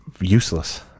useless